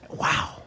Wow